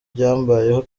byambayeho